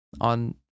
on